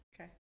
Okay